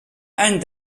and